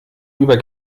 über